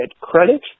credit